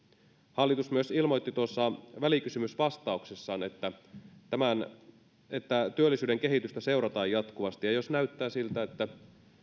hallitus myös ilmoitti tuossa välikysymysvastauksessaan että työllisyyden kehitystä seurataan jatkuvasti ja jos näyttää siltä että